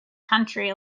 country